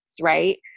Right